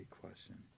question